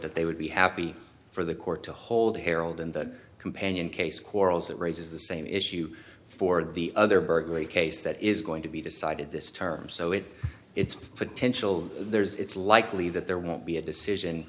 that they would be happy for the court to hold harold in the companion case quarrels that raises the same issue for the other burglary case that is going to be decided this term so it it's potential there's it's likely that there won't be a decision